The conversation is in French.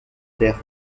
der